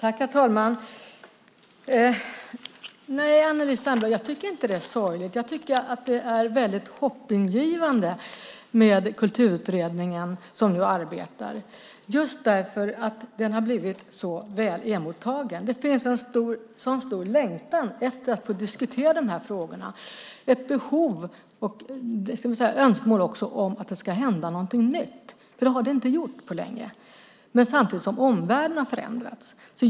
Herr talman! Nej, Anneli Särnblad, jag tycker inte att det är sorgligt. Jag tycker att det är väldigt hoppingivande med den kulturutredning som nu arbetar just därför att den har blivit så väl mottagen. Det finns en stor längtan efter att få diskutera de här frågorna och ett behov och önskemål om att det ska hända något nytt. Det har det inte gjort på länge trots att omvärlden har förändrats.